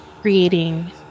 creating